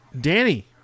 Danny